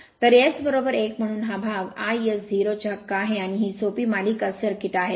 तर S 1 म्हणून हा भाग iS0 चे हक्क आहे आणि ही सोपी मालिका सर्किट आहे